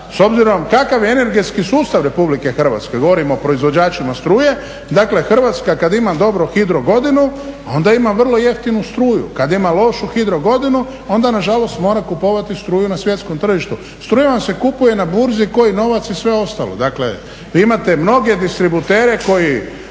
s obzirom kakav energetski sustav Republike Hrvatske, govorim o proizvođačima struje, dakle Hrvatska kad ima dobru hidro godinu onda ima vrlo jeftinu struju. Kad ima lošu hidro godinu onda nažalost mora kupovati struju na svjetskom tržištu. Struja vam se kupuje na burzi ko i novac i sve ostalo. Dakle vi imate mnoge distributere koji